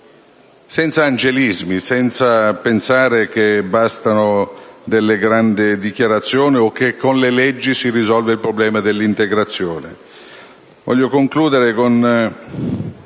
senza angelismi, senza pensare che bastino grandi dichiarazioni o che con le leggi si risolva il problema dell'integrazione.